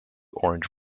orange